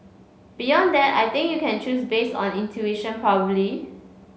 beyond that I think you can choose based on intuition probably